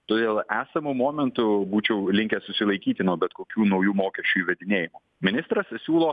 todėl esamu momentu būčiau linkęs susilaikyti nuo bet kokių naujų mokesčių įvedinėjimo ministras siūlo